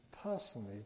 personally